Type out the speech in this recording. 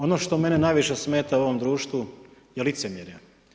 Ono što mene najviše smeta u ovom društvu je licemjerje.